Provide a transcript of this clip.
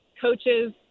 coaches